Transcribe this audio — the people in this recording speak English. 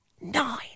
Nine